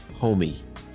homie